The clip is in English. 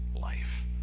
life